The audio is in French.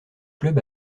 club